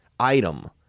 Item